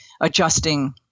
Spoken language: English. adjusting